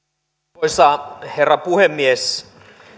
arvoisa herra puhemies